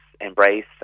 Embrace